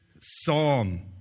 psalm